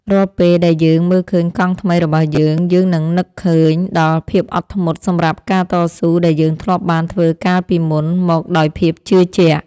រាល់ពេលដែលយើងមើលឃើញកង់ថ្មីរបស់យើងយើងនឹងនឹកឃើញដល់ភាពអត់ធ្មត់សម្រាប់ការតស៊ូដែលយើងធ្លាប់បានធ្វើកាលពីមុនមកដោយភាពជឿជាក់។